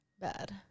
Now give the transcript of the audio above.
bad